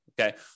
Okay